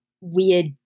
weird